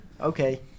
Okay